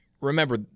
Remember